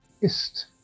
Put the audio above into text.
ist